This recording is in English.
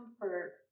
comfort